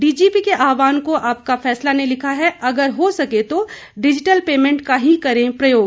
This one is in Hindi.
डीजीपी के आहवान को आपका फैसला ने लिखा है अगर हो सके तो डिजिटल पेमेंट का ही करें प्रयोग